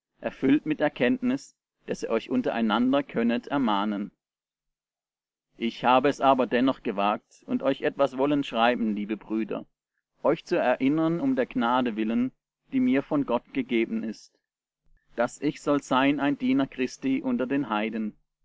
erfüllt mit erkenntnis daß ihr euch untereinander könnet ermahnen ich habe es aber dennoch gewagt und euch etwas wollen schreiben liebe brüder euch zu erinnern um der gnade willen die mir von gott gegeben ist daß ich soll sein ein diener christi unter den heiden